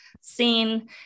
seen